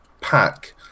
pack